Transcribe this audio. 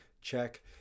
Check